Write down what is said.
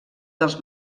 dels